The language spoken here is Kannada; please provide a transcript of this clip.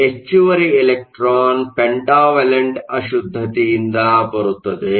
ಈ ಹೆಚ್ಚುವರಿ ಎಲೆಕ್ಟ್ರಾನ್ ಪೆಂಟಾವಲೆಂಟ್ ಅಶುದ್ಧತೆಯಿಂದ ಬರುತ್ತದೆ